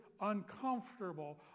uncomfortable